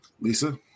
Lisa